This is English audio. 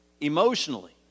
emotionally